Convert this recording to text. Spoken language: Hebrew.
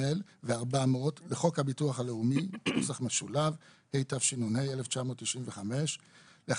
ו-400 לחוק הביטוח הלאומי התשנ"ה-1995 (להלן,